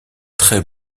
très